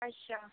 ਅੱਛਾ